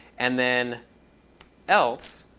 and then else,